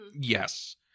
Yes